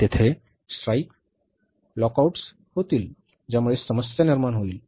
तेथे strike lockouts होतील ज्यामुळे समस्या निर्माण होईल